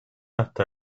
hasta